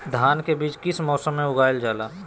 धान के बीज किस मौसम में उगाईल जाला?